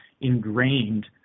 ingrained